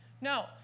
No